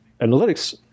analytics